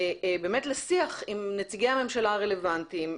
באמת לשיח עם נציגי הממשלה הרלוונטיים,